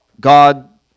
God